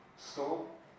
Stop